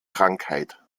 krankheit